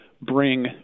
bring